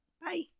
bye